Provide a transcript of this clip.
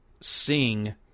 sing